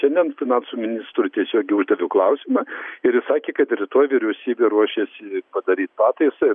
šiandien finansų ministrui tiesiogiai uždaviau klausimą ir jis sakė kad rytoj vyriausybė ruošiasi padaryt pataisą ir